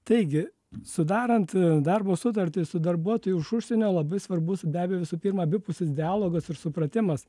taigi sudarant darbo sutartį su darbuotoju iš užsienio labai svarbus be abejo visų pirma abipusis dialogas ir supratimas